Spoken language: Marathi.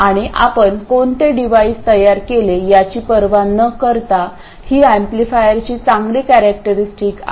आणि आपण कोणते डिव्हाइस तयार केले याची पर्वा न करता ही एम्पलीफायरची चांगली कॅरेक्टरस्टिक आहेत